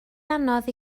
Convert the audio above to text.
anodd